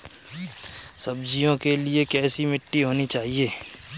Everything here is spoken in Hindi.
सब्जियों के लिए कैसी मिट्टी होनी चाहिए?